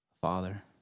father